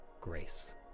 grace